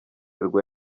rwa